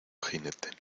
jinete